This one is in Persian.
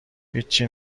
هیچچی